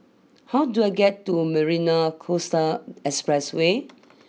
how do I get to Marina Coastal Expressway